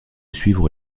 suivre